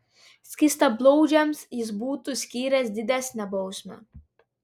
skystablauzdžiams jis būtų skyręs didesnę bausmę